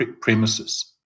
premises